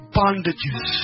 bondages